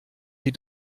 sie